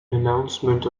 announcement